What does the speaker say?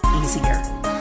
easier